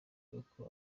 uko